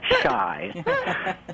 shy